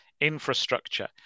infrastructure